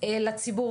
עצמות וכדומה,